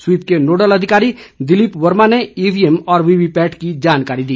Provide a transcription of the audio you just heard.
SVEEP के nodal अधिकारी दिलीप वर्मा ने ईवीएम और वीवीपैट की जानकारी दी